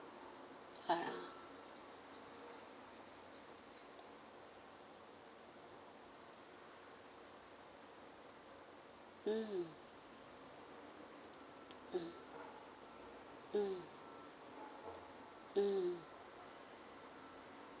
ah mmhmm um um um